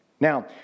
Now